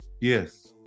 Yes